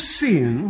seen